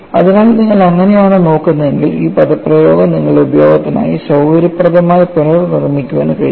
അതിനാൽ നിങ്ങൾ അങ്ങനെയാണ് നോക്കുന്നതെങ്കിൽ ഈ പദപ്രയോഗം ഞങ്ങളുടെ ഉപയോഗത്തിനായി സൌകര്യപ്രദമായി പുനർനിർമ്മിക്കാൻ കഴിയും